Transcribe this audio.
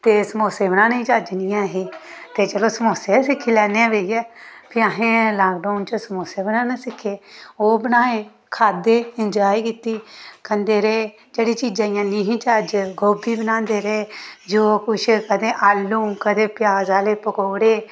ते समोसे बनाने दी चज्ज नेईं है ही ते चलो समोसे गै सिक्खी लैन्ने आं बेहियै फ्ही असें लाॅक डाउन च समोसे बनाना सिक्खे ओह् बनाए खाद्धे इनॅजाए कीती खंदे रेह् जेह्ड़ी चीजां नेईं चज्ज गोभी बनांदे रेह् जो किश कदें आलू कदें प्याज आह्ले पकोडे़